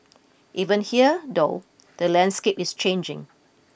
even here though the landscape is changing